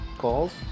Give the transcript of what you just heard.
Calls